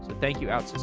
thank you, outsystems.